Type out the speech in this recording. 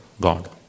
God